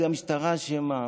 זאת המשטרה אשמה,